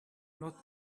not